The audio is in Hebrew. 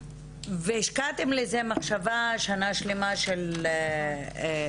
השקעתם בזה מחשבה שנה שלמה של פגישות,